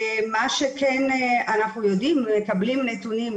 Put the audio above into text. מה שכן אנחנו יודעים ומקבלים נתונים,